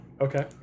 Okay